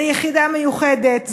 זו יחידה מיוחדת,